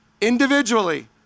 individually